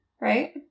right